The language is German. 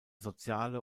soziale